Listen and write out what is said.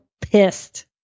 pissed